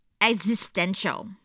existential